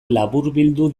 laburbildu